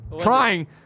Trying